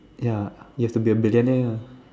ya you have to be a billionaire ah